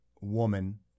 woman